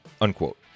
Unquote